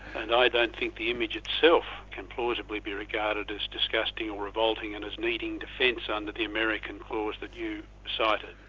and i don't think the image itself can plausibly be regarded as disgusting or revolting and as needing defence under the american laws that you cited.